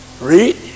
Read